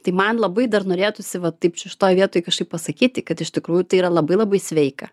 tai man labai dar norėtųsi va taip šitoj vietoj kažkaip pasakyti kad iš tikrųjų tai yra labai labai sveika